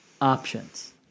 options